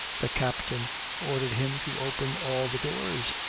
the captain ordered him to open all the doors,